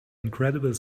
incredible